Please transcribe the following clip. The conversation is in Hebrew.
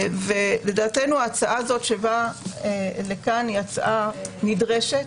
לדעתנו, ההצעה הזאת שבאה לכאן היא הצעה נדרשת.